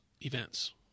events